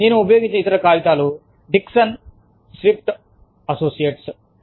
నేను ఉపయోగించిన ఇతర కాగితం Dickson Swift Associates Dickson Swift Associates